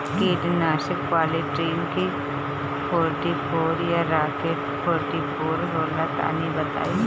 कीटनाशक Polytrin C forty four या rocket forty four होला तनि बताई?